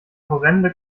horrende